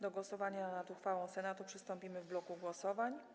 Do głosowania nad uchwałą Senatu przystąpimy w bloku głosowań.